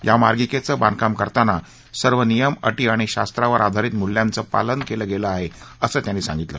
या मार्गिकेचं बांधकाम करताना सर्व नियम अटी आणि शास्त्रावर आधारित मूल्यांचं पालन केलं आहे असं त्यांनी सांगितलं